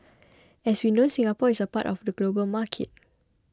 as we know Singapore is part of the global market